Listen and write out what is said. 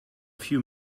few